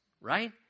right